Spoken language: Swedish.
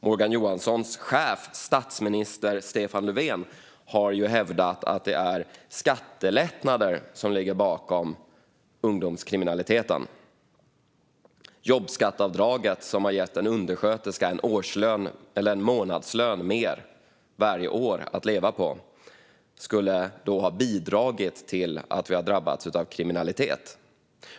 Morgan Johanssons chef statsminister Stefan Löfven har hävdat att det är skattelättnader som ligger bakom ungdomskriminaliteten, det vill säga att jobbskatteavdraget som har gett en undersköterska en månadslön mer varje år att leva på skulle ha bidragit till att vi har drabbats av kriminalitet.